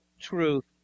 truth